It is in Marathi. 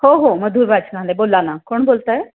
हो हो मधुर वाचनालय बोला ना कोण बोलत आहे